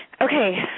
Okay